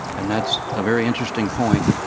and that's a very interesting point,